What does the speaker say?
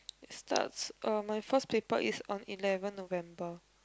it's starts uh my first paper is on eleven November